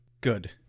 Good